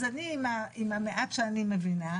אז אני עם המעט שאני מבינה,